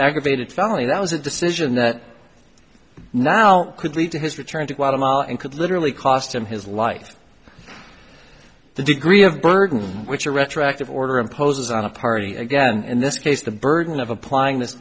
aggravated felony that was a decision that now could lead to his return to guatemala and could literally cost him his life the degree of burden which a retroactive order imposes on a party again in this case the burden of applying this